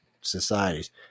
societies